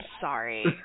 sorry